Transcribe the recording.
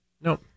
no